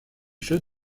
jeux